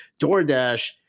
doordash